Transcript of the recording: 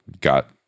got